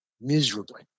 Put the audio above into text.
Miserably